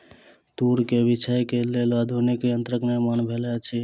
तूर के बीछै के लेल आधुनिक यंत्रक निर्माण भेल अछि